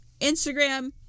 Instagram